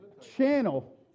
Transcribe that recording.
channel